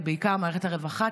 ובעיקר מערכת הרווחה,